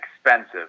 expensive